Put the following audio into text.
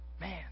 Man